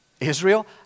Israel